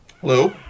hello